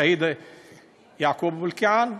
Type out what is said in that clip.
השהיד יעקוב אבו אלקיעאן,